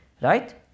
right